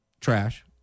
trash